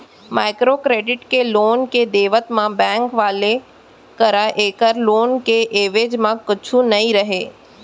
micro credit के loan के देवत म बेंक वाले करा ऐखर लोन के एवेज म कुछु नइ रहय